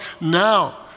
now